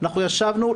אנחנו ישבנו,